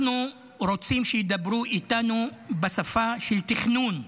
אנחנו רוצים שידברו איתנו בשפה של תכנון,